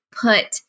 put